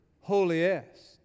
holiest